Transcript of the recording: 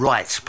Right